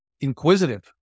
inquisitive